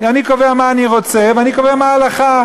אני קובע מה אני רוצה ואני קובע מה ההלכה.